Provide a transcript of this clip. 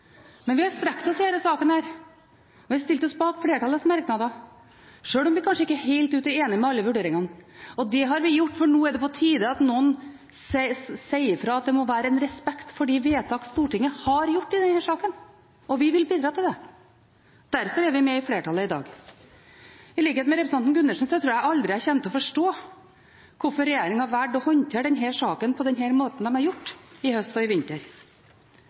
Men vi har strukket oss i denne saken. Vi har stilt oss bak flertallets merknader, sjøl om vi kanskje ikke helt ut er enig i alle vurderingene. Det har vi gjort fordi det nå er på tide at noen sier fra om at det må være respekt for de vedtakene Stortinget har gjort i denne saken, og vi vil bidra til det. Derfor er vi med i flertallet i dag. I likhet med representanten Gundersen tror jeg at jeg aldri kommer til å forstå hvorfor regjeringen har valgt å håndtere denne saken på den måten de har gjort i høst og i vinter.